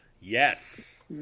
Yes